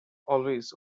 always